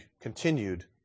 continued